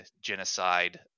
genocide